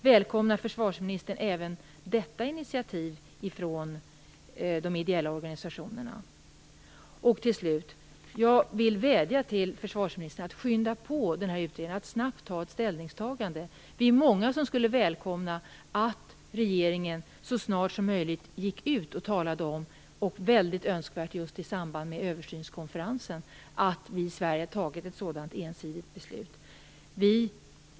Välkomnar försvarsministern även detta initiativ från de ideella organisationerna? Till slut vill jag vädja till försvarsministern att skynda på utredningen och att snabbt göra ett ställningstagande. Vi är många som skulle välkomna att regeringen så snart som möjligt gick ut och talade om - det är önskvärt att det sker just i samband med översynskonferensen - att vi i Sverige har fattat ett sådant ensidigt beslut.